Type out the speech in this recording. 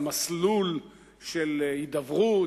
על מסלול של הידברות,